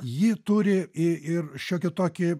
ji turi i ir šiokį tokį